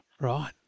Right